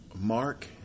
Mark